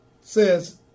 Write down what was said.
says